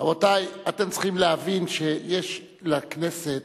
רבותי, אתם צריכים להבין שיש לכנסת